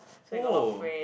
oh